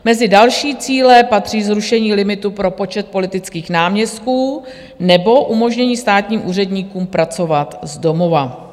Mezi další cíle patří zrušení limitu pro počet politických náměstků nebo umožnění státním úředníkům pracovat z domova.